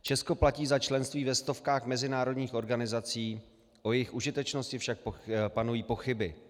Česko platí za členství ve stovkách mezinárodních organizací, o jejich užitečnosti však panují pochyby.